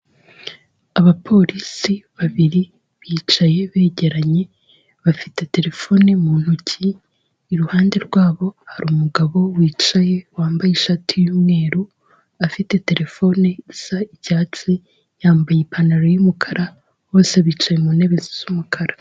Abapolisi babiri bicaye begeranye bafite terefone mu ntoki, iruhande rwabo hari umugabo wicaye wambaye ishati y'umweru, afite terefone isa icyatsi yambaye ipantaro y'umukara, bose bicaye mu ntebe zisa umukara.